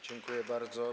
Dziękuję bardzo.